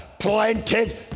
planted